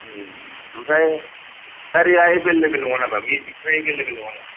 ओमफ्राय गारिया एभेलेबोल नङा नामा मेजिकफ्रा एभेलेबोल नङा नामा